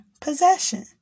possession